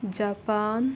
Japan